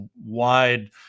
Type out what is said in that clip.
wide